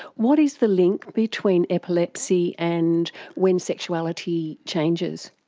what is the link between epilepsy and when sexuality changes?